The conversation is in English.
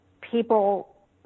people